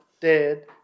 dead